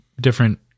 different